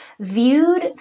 Viewed